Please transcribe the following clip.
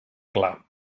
clar